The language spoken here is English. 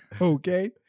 okay